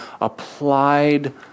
applied